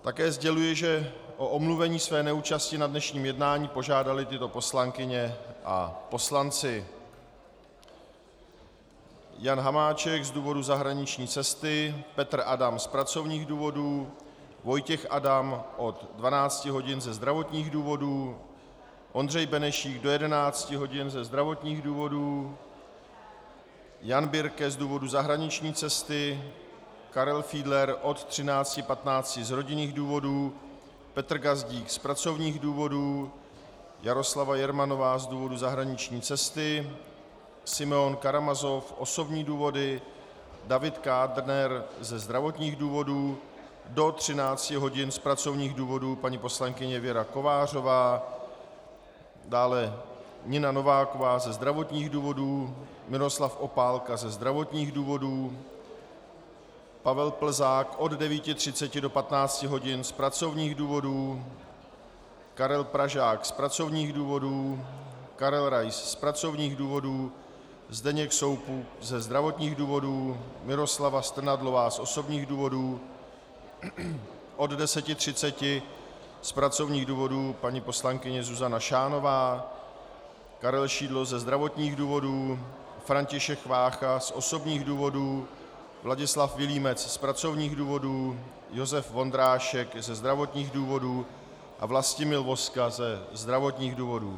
Také sděluji, že o omluvení své neúčasti na dnešním jednání požádali tyto poslankyně a poslanci: Jan Hamáček z důvodu zahraniční cesty, Petr Adam z pracovních důvodů, Vojtěch Adam od 12 hodin ze zdravotních důvodů, Ondřej Benešík do 11 hodin ze zdravotních důvodů, Jan Birke z důvodu zahraniční cesty, Karel Fiedler od 13.15 z rodinných důvodů, Petr Gazdík z pracovních důvodů, Jaroslava Jermanová z důvodu zahraniční cesty, Simeon Karamazov osobní důvody, David Kádner ze zdravotních důvodů, do 13 hodin z pracovních důvodů paní poslankyně Věra Kovářová, dále Nina Nováková ze zdravotních důvodů, Miroslav Opálka ze zdravotních důvodů, Pavel Plzák od 9.30 do 15 hodin z pracovních důvodů, Karel Pražák z pracovních důvodů, Karel Rais z pracovních důvodů, Zdeněk Soukup ze zdravotních důvodů, Miroslava Strnadlová z osobních důvodů, od 10.30 z pracovních důvodů paní poslankyně Zuzana Šánová, Karel Šidlo ze zdravotních důvodů, František Vácha z osobních důvodů, Vladislav Vilímec z pracovních důvodů, Josef Vondrášek ze zdravotních důvodů a Vlastimil Vozka ze zdravotních důvodů.